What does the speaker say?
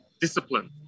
Discipline